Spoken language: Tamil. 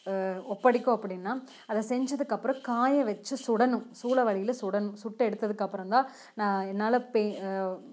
ஒப்படைக்கும் அப்படின்னா அதை செஞ்சதுக்கப்புறம் காய வச்சு சுடணும் சூழ வலையில் சுடணும் சுட்டு எடுத்ததுக்கப்புறந்தான் நான் என்னால் பெய்